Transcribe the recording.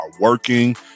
working